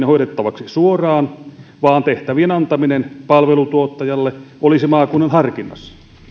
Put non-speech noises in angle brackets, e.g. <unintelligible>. <unintelligible> hoidettavaksi suoraan vaan tehtävien antaminen palveluntuottajalle olisi maakunnan harkinnassa